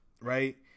right